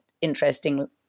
interesting